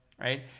right